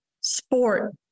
sport